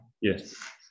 yes